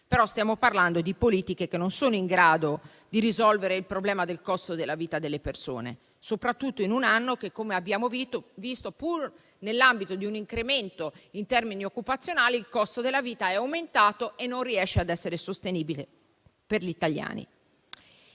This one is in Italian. Stiamo parlando però di politiche che non sono in grado di risolvere il problema del costo della vita per le persone, soprattutto in un anno in cui, come abbiamo visto, pur nell'ambito di un incremento in termini occupazionali, è aumentato e non è sostenibile per gli italiani.